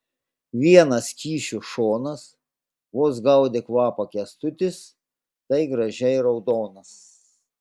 vienas kyšio šonas vos gaudė kvapą kęstutis tai gražiai raudonas